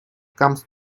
comes